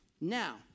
Now